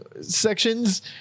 sections